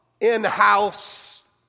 in-house